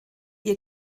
ihr